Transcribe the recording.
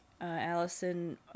Allison